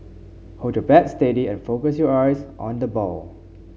hold your bat steady and focus your eyes on the ball